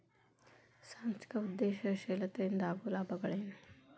ಸಾಂಸ್ಥಿಕ ಉದ್ಯಮಶೇಲತೆ ಇಂದ ಆಗೋ ಲಾಭಗಳ ಏನು